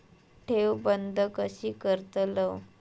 ठेव बंद कशी करतलव?